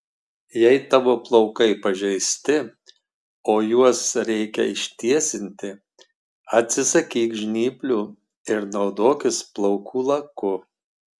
jei tavo plaukai pažeisti o juos reikia ištiesinti atsisakyk žnyplių ir naudokis plaukų laku